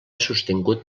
sostingut